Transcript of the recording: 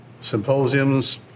symposiums